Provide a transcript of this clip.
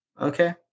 okay